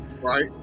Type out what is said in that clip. right